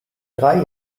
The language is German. drei